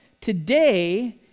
today